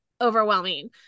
overwhelming